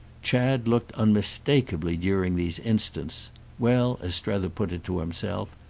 chad looked unmistakeably during these instants well, as strether put it to himself,